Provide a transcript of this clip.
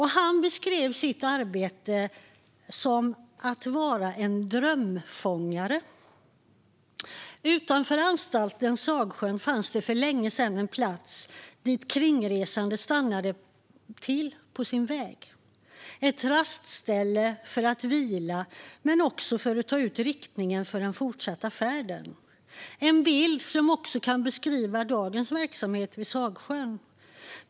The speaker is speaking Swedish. Han beskrev sitt arbete som att vara en drömfångare. Utanför anstalten Sagsjön fanns det för länge sedan en plats där kringresande stannade till på sin väg - ett rastställe för att vila men också för att ta ut riktningen för den fortsatta färden. Det är en bild som också kan beskriva dagens verksamhet vid Sagsjön.